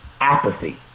apathy